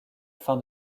fin